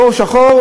בור שחור,